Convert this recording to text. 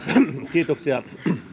kiitoksia